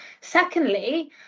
Secondly